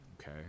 okay